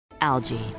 Algae